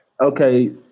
Okay